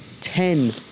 ten